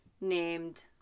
named